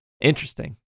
Interesting